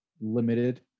limited